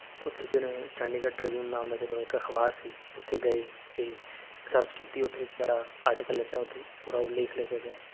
ਉੱਥੇ ਜਿਹੜੇ ਚੰਡੀਗੜ੍ਹ ਟ੍ਰਿਬਿਊਨ ਨਾਮ ਦਾ ਜਦੋਂ ਇੱਕ ਅਖਬਾਰ ਸੀ ਉੱਥੇ ਗਏ ਅਤੇ ਸਰਚ ਕੀਤੀ ਉੱਥੇ ਬੜਾ ਆਰਟੀਕਲ ਲਿਖਿਆ ਉੱਥੇ ਪੂਰਾ ਉਹ ਲੇਖ ਲਿਖਿਆ ਗਿਆ